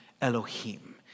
Elohim